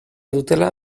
dutela